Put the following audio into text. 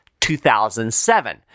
2007